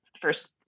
first